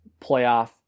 playoff